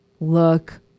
Look